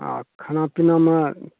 आ खाना पीनामे